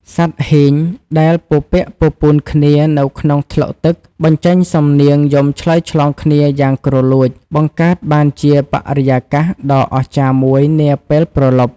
សត្វហ៊ីងដែលពពាក់ពពូនគ្នានៅក្នុងថ្លុកទឹក បញ្ចេញសំនៀងយំឆ្លើយឆ្លងគ្នាយ៉ាងគ្រលួច បង្កើតបានជាបរិយាកាសដ៏អស្ចារ្យមួយនាពេលព្រលប់។